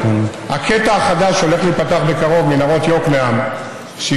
הקטע החדש הולך להיפתח בקרוב: מנהרות יקנעם בדרך יצחק רבין,